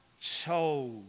chose